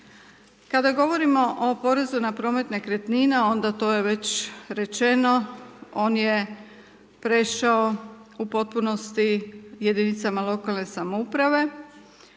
Kada govorimo o porezu na promet nekretnina, onda to je već rečeno, on je prešao u potpunosti jedinicama lokalne samouprave.